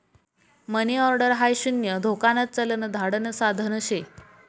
मनी order हाई शून्य धोकान चलन धाडण साधन शे